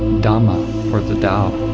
dhamma or the tao.